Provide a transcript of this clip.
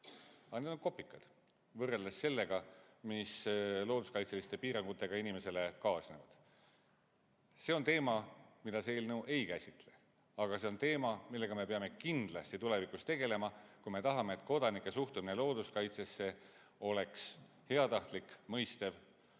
Need on kopikad, võrreldes sellega, mis looduskaitseliste piirangutega inimesele kaasnevad. See on teema, mida see eelnõu ei käsitle, aga see on teema, millega me peame kindlasti tulevikus tegelema, kui me tahame, et kodanike suhtumine looduskaitsesse oleks heatahtlik, mõistev